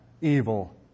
evil